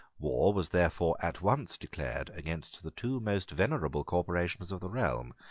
war was therefore at once declared against the two most venerable corporations of the realm,